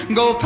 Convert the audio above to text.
go